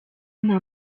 nta